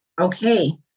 okay